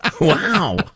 Wow